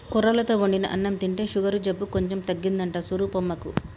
కొర్రలతో వండిన అన్నం తింటే షుగరు జబ్బు కొంచెం తగ్గిందంట స్వరూపమ్మకు